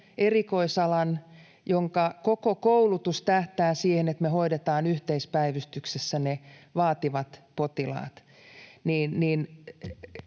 erikoisalan, jonka koko koulutus tähtää siihen, että me hoidetaan yhteispäivystyksessä ne vaativat potilaat.